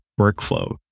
workflow